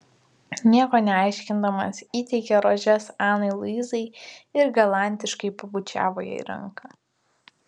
nieko neaiškindamas įteikė rožes anai luizai ir galantiškai pabučiavo jai ranką